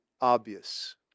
Obvious